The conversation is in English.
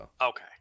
Okay